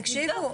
נבדוק.